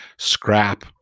scrap